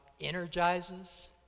energizes